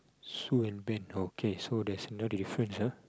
Sue and Ben okay so there's no difference ah